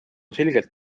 selgelt